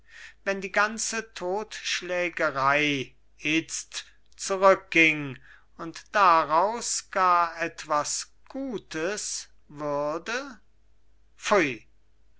wenn die ganze totschlägerei itzt zurückging und daraus gar etwas gutes würde